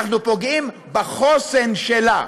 אנחנו פוגעים בחוסן שלה.